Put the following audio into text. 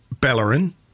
Bellerin